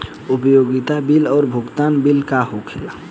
उपयोगिता बिल और भुगतान बिल का होला?